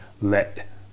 let